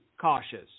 cautious